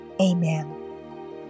Amen